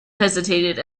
hesitated